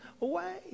away